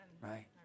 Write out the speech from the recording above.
Right